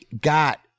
got